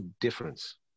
difference